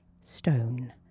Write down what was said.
stone